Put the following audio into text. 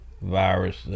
virus